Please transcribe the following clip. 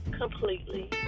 completely